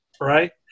Right